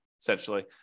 essentially